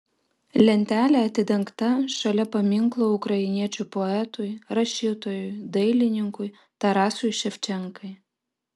lentelė atidengta šalia paminklo ukrainiečių poetui rašytojui dailininkui tarasui ševčenkai